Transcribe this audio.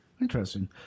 Interesting